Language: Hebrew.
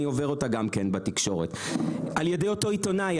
אני עובר אותה גם כן בתקשורת על ידי אותו עיתונאי,